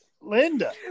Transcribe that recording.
linda